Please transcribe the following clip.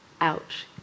ouch